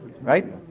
right